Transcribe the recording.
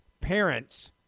parents